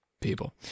people